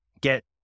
get